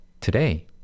today